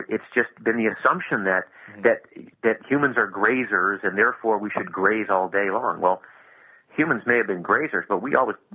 it's just been the assumption that that humans are grazers, and therefore, we should graze all day long, well humans may have been grazers, but we always,